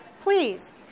Please